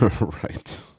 right